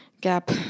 gap